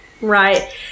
Right